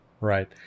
Right